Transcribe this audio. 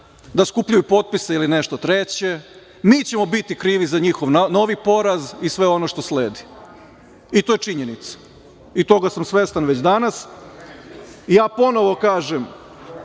da skupljaju potpise ili nešto treće. Mi ćemo biti krivi za njihov novi poraz i sve ono što sledi i to je činjenica. Toga sam svestan već danas. Ponovo kažem